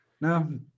No